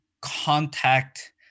contact